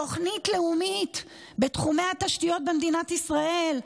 תוכנית לאומית בתחומי התשתיות במדינת ישראל,